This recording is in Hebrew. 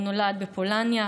הוא נולד בפולניה.